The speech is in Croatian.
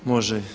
Može.